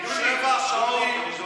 שר החוץ מרטווט את ראש הממשלה".